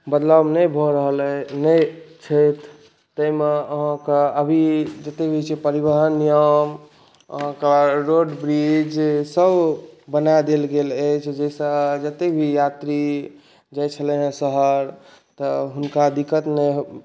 बदलाव नहि भऽ रहल अइ नहि छथि ताहिमे अहाँके अभी जतेक भी छै परिवहन एवम् अहाँके रोड ब्रिजसब बना देल गेल अछि जाहिसँ जतेक भी यात्री जाइ छलै हेँ शहर तऽ हुनका दिक्कत नहि